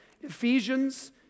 Ephesians